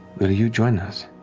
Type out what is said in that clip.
but you join us